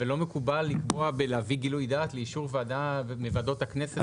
ולא מקובל לקבוע בלהביא גילוי דעת לאישור ועדה מוועדות הכנסת,